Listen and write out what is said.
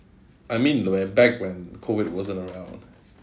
I mean when back when COVID wasn't around